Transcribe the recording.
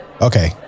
Okay